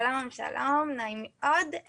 שלום, נעים מאוד.